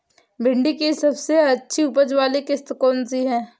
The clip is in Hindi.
भिंडी की सबसे अच्छी उपज वाली किश्त कौन सी है?